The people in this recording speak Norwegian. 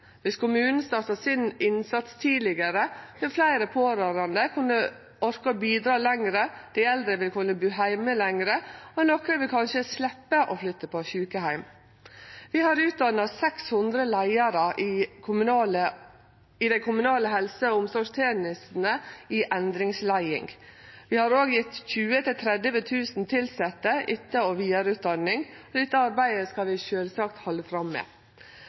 Viss kommunen startar innsatsen sin tidlegare, vil fleire pårørande kunne orke å bidra lenger, dei eldre vil kunne bu heime lenger, og nokre vil kanskje sleppe å flytte på sjukeheim. Vi har utdanna 600 leiarar i dei kommunale helse- og omsorgstenestene i endringsleiing. Vi har også gjeve 20 000–30 000 tilsette etter- og vidareutdanning, og dette arbeidet skal vi sjølvsagt halde fram med.